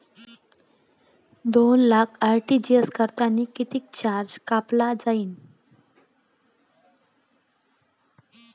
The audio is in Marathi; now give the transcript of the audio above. दोन लाख आर.टी.जी.एस करतांनी कितीक चार्ज कापला जाईन?